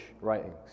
writings